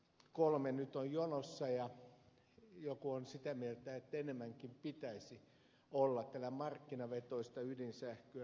kolme nyt on jonossa ja joku on sitä mieltä että enemmänkin pitäisi olla täällä markkinavetoista ydinsähköä